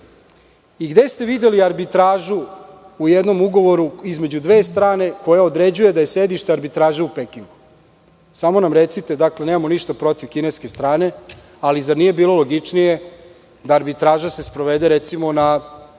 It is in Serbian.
Gde ste videli arbitražu u jednom ugovoru između dve strane koje određuju da je sedište arbitraže u Pekingu? Samo nam recite, nemamo ništa protiv kineske strane, ali zar nije bilo logičnije da se arbitraža sprovede, recimo, na